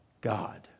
God